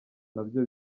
nabyo